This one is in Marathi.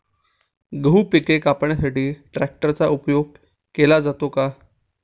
गहू पिके कापण्यासाठी ट्रॅक्टरचा उपयोग केला जातो का?